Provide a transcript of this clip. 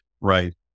right